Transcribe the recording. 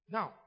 Now